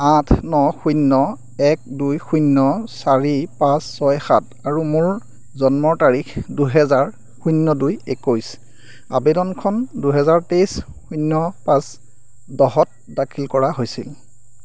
আঠ ন শূন্য এক দুই শূন্য চাৰি পাঁচ ছয় সাত আৰু মোৰ জন্মৰ তাৰিখ দুহেজাৰ শূন্য দুই একৈছ আবেদনখন দুহেজাৰ তেইছ শূন্য পাঁচ দহত দাখিল কৰা হৈছিল